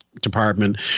department